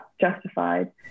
justified